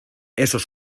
esos